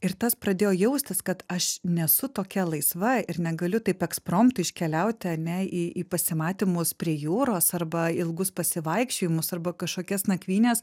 ir tas pradėjo jaustis kad aš nesu tokia laisva ir negaliu taip ekspromtu iškeliauti ane į į pasimatymus prie jūros arba ilgus pasivaikščiojimus arba kažkokias nakvynes